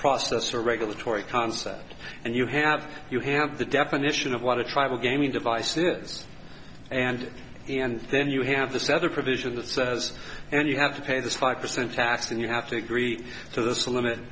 process or regulatory concept and you have you have the definition of what a tribal gaming device is and and then you have this other provision that says and you have to pay this five percent tax and you have to agree to this limit